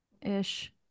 ish